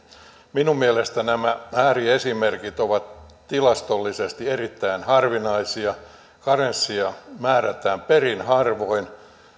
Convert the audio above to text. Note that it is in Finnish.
minun mielestäni nämä ääriesimerkit ovat tilastollisesti erittäin harvinaisia karenssia määrätään perin harvoin